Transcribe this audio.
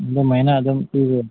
ꯑꯗꯨꯃꯥꯏꯅ ꯑꯗꯨꯝ ꯄꯤꯌꯦ